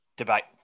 debate